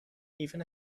even